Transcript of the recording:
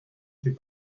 fait